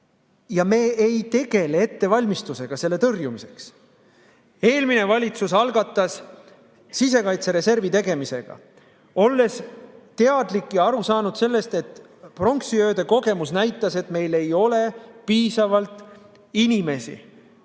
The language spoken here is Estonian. Ja me ei tegele ettevalmistusega selle tõrjumiseks. Eelmine valitsus algatas sisekaitsereservi loomise, olles teadlik ja aru saanud sellest, et pronksiöö kogemus näitas, et meil ei ole piisavalt inimesi,